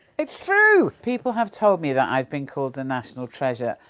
it's true! people have told me that i've been called a national treasure.